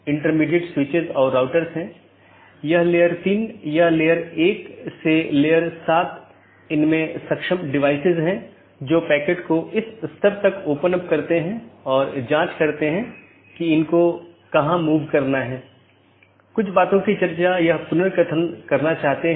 autonomous system के अंदर OSPF और RIP नामक प्रोटोकॉल होते हैं क्योंकि प्रत्येक ऑटॉनमस सिस्टम को एक एडमिनिस्ट्रेटर कंट्रोल करता है इसलिए यह प्रोटोकॉल चुनने के लिए स्वतंत्र होता है कि कौन सा प्रोटोकॉल उपयोग करना है